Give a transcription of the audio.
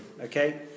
okay